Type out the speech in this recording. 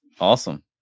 Awesome